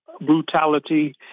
brutality